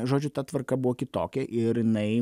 žodžiu ta tvarka buvo kitokia ir jinai